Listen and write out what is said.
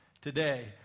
today